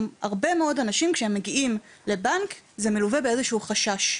הרבה אנשים כשהם מגיעים לבנק זה מלווה באיזשהו חשש.